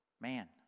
man